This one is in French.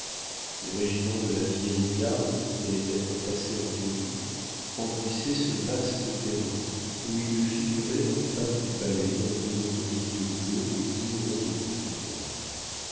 les régiments de la vieille garde qui allaient être passés en revue remplissaient ce vaste terrain où ils figuraient en face du palais d'imposantes lignes bleues de dix rangs de profondeur